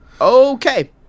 Okay